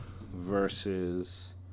versus